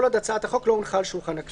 כל עוד הצעת החוק לא הונחה על שולחן הכנסת.